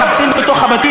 אני אכן אבוא ואשמע.